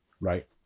right